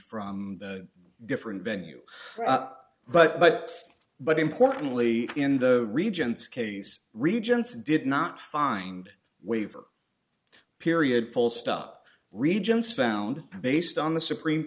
from different venue but but but importantly in the regents case regents did not find waiver period full stop regents found based on the supreme